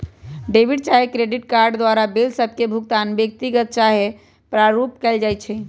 debit चाहे credit card द्वारा bill सभ के भुगतान व्यक्तिगत चाहे आपरुपे कएल जाइ छइ